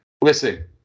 listen